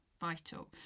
vital